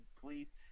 please